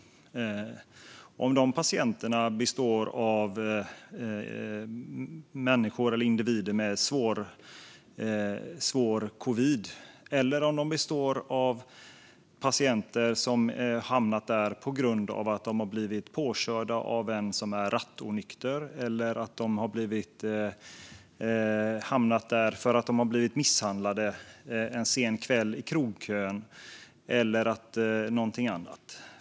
Patienterna kan vara individer med svår covid. De kan också ha hamnat där på grund av att de har blivit påkörda av någon som varit rattonykter, på grund av att de har blivit misshandlade en sen kväll i krogkön eller på grund av någonting annat.